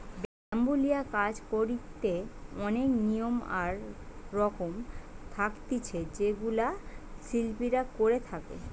bamboo লিয়া কাজ করিতে অনেক নিয়ম আর রকম থাকতিছে যেগুলা শিল্পীরা করে থাকে